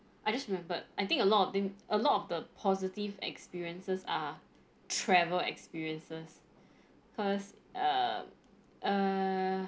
I just remembered I think a lot of thing a lot of the positive experiences are travel experiences cause err uh